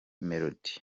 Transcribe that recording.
melody